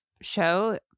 show